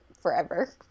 forever